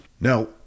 now